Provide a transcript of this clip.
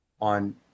on